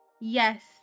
yes